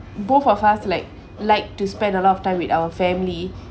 both of us like like to spend a lot of time with our family